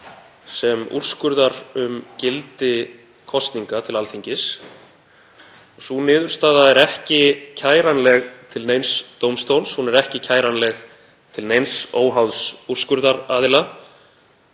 sem úrskurðar um gildi kosninga til Alþingis. Sú niðurstaða er ekki kæranleg til neins dómstóls. Hún er ekki kæranleg til neins óháðs úrskurðaraðila.